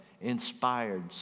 inspired